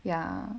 ya